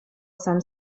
some